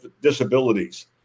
disabilities